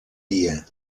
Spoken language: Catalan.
dia